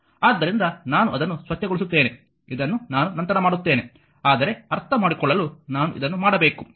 ಆದ್ದರಿಂದ ನಾನು ಅದನ್ನು ಸ್ವಚ್ಛಗೊಳಿಸುತ್ತೇನೆ ಇದನ್ನು ನಾನು ನಂತರ ಮಾಡುತ್ತೇನೆ ಆದರೆ ಅರ್ಥಮಾಡಿಕೊಳ್ಳಲು ನಾನು ಇದನ್ನು ಮಾಡಬೇಕು